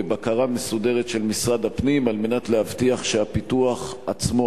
בבקרה מסודרת של משרד הפנים כדי להבטיח שהפיתוח עצמו,